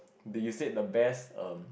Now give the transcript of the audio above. the you said the best um